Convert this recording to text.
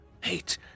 hate